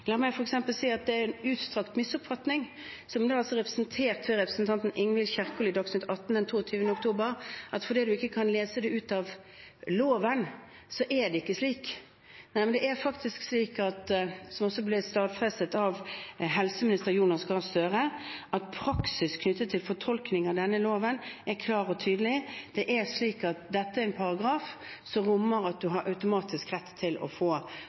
La meg f.eks. si at det er en utstrakt misoppfatning, som er representert ved representanten Ingvild Kjerkol i Dagsnytt atten den 22. oktober, at fordi man ikke kan lese det ut av loven, er det ikke slik. Det er faktisk slik, noe som også ble stadfestet av Jonas Gahr Støre da han var helseminister, at praksis knyttet til fortolkning av denne loven er klar og tydelig, at dette er en paragraf som rommer automatisk rett til å få